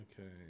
Okay